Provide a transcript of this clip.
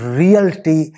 reality